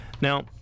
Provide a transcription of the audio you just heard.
Now